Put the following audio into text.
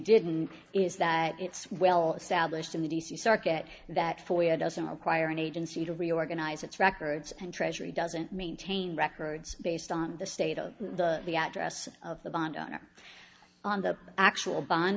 didn't is that it's well established in the d c circuit that foyer doesn't require an agency to reorganize its records and treasury doesn't maintain records based on the state of the address of the bond on or on the actual bond